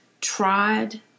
tried